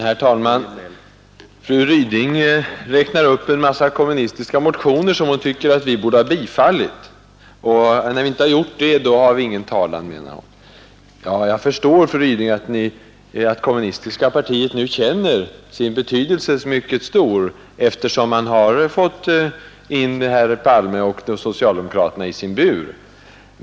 Herr talman! Fru Ryding räknar upp en mängd kommunistiska motioner som hon tycker att vi borde ha biträtt. När vi inte har gjort det har vi ingen talan, menar hon. Jag förstår, fru Ryding, att det kommunistiska partiet nu känner sin betydelse som mycket stor, eftersom ni har fått in herr Palme och övriga 23 socialdemokrater i er bur.